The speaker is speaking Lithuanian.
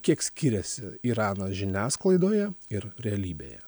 kiek skiriasi iranas žiniasklaidoje ir realybėje